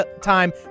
time